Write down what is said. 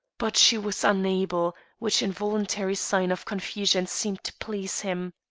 but she was unable, which involuntary sign of confusion seemed to please him.